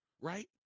right